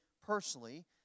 personally